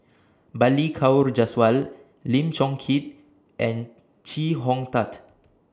Balli Kaur Jaswal Lim Chong Keat and Chee Hong Tat